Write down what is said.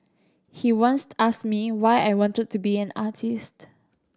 he once asked me why I wanted to be an artist